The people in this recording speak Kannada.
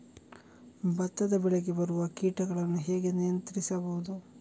ಭತ್ತದ ಬೆಳೆಗೆ ಬರುವ ಕೀಟಗಳನ್ನು ಹೇಗೆ ನಿಯಂತ್ರಿಸಬಹುದು?